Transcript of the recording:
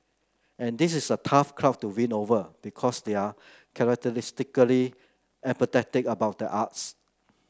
and this is a tough crowd to win over because they are characteristically apathetic about the arts